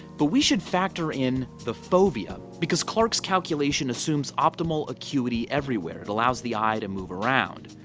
but we should factor in the fovea, because clark's calculation assumes optimal acuity everywhere, it allows the eye to move around.